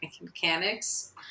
mechanics